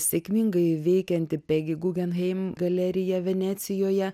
sėkmingai veikianti pegi gugenheim galerija venecijoje